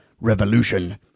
revolution